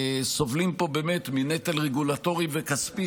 ושסובלים פה באמת מנטל רגולטורי וכספי